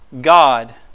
God